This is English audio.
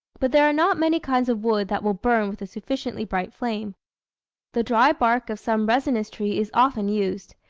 but there are not many kinds of wood that will burn with a sufficiently bright flame the dry bark of some resinous tree is often used.